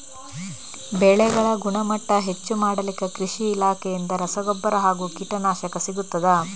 ಬೆಳೆಗಳ ಗುಣಮಟ್ಟ ಹೆಚ್ಚು ಮಾಡಲಿಕ್ಕೆ ಕೃಷಿ ಇಲಾಖೆಯಿಂದ ರಸಗೊಬ್ಬರ ಹಾಗೂ ಕೀಟನಾಶಕ ಸಿಗುತ್ತದಾ?